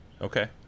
Okay